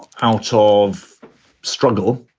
out ah of struggle.